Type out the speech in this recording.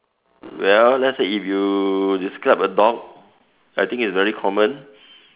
well let's say if you describe a dog I think is very common